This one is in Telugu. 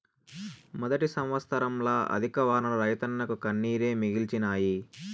మొదటి సంవత్సరంల అధిక వానలు రైతన్నకు కన్నీరే మిగిల్చినాయి